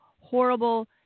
horrible